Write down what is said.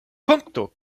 punkto